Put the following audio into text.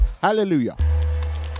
Hallelujah